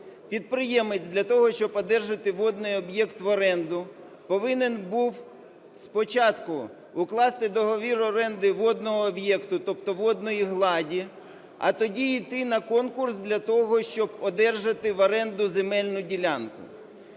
Підприємець для того, щоб одержати водний об'єкт в оренду, повинен був спочатку укласти договір оренди водного об'єкта, тобто водної гладі, а тоді йти на конкурс для того, щоб одержати в оренду земельну ділянку.